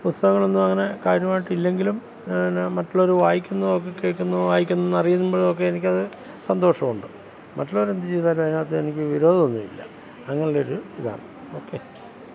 പുസ്തകങ്ങളൊന്നും അങ്ങനെ കാര്യമായിട്ട് ഇല്ലെങ്കിലും പിന്നെ മറ്റുള്ളവർ വായിക്കുന്നതൊക്കെ കേൾക്കുന്നതോ വായിക്കുന്നതോ അറിയുമ്പോഴൊക്കെ എനിക്ക് അത് സന്തോഷമുണ്ട് മറ്റുള്ളവർ എന്ത് ചെയ്താലും അതിനകത്ത് എനിക്ക് വിരോധമൊന്നുമില്ല അങ്ങനെ ഒരു ഇതാണ് ഓക്കേ